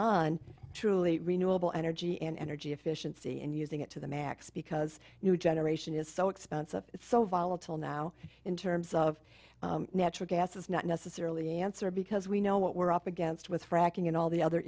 on truly renewable energy and energy efficiency and using it to the max because new generation is so expensive it's so volatile now in terms of natural gas it's not necessarily answer because we know what we're up against with fracking and all the other